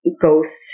ghosts